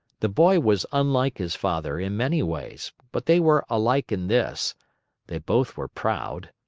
the boy was unlike his father in many ways, but they were alike in this they both were proud.